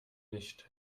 nicht